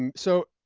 and so,